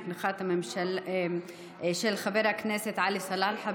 של חבר הכנסת עלי סלאלחה,